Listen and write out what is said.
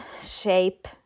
shape